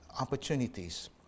opportunities